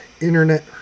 internet